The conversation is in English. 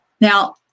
Now